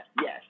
yes